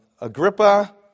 Agrippa